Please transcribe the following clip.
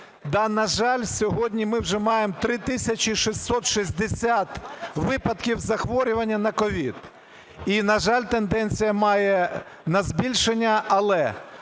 на жаль, сьогодні ми вже маємо 3 тисячі 660 випадків захворювання на COVID і, на жаль, тенденція має на збільшення. Але